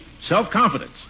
self-confidence